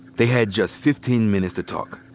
they had just fifteen minutes to talk.